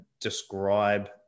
describe